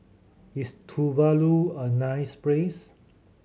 is Tuvalu a nice place